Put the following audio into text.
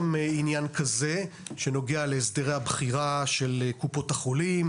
כזה שנוגע להסדרי הבחירה של קופות החולים,